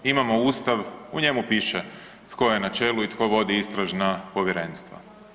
Imamo Ustav, u njemu piše tko je na čelu i tko vodi istražna povjerenstva.